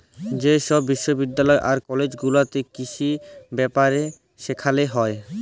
যে ছব বিশ্ববিদ্যালয় আর কলেজ গুলাতে কিসি ব্যাপারে সেখালে হ্যয়